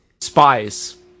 Spies